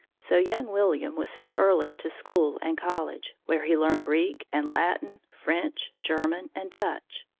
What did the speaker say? so young william was sent early to school and college, where he learned greek and latin, french, german, and dutch.